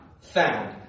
found